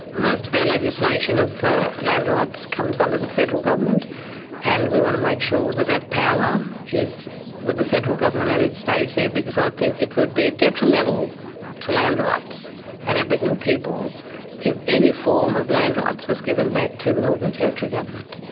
most of our legislation of land rights comes under the federal government and we wanted to make sure that that power is with the federal government and it stays there, because i think it would be detrimental to land rights and aboriginal but you know people if any form of land rights was given back to the northern territory government.